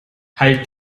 halt